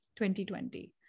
2020